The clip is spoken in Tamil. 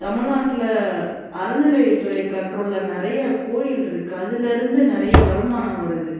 தமிழ்நாட்ல அறநிலைத்துறை கண்ட்ரோலில் நிறைய கோயிலிருக்கு அதில் இருந்து நிறைய வருமானம் வருது